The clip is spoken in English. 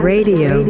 Radio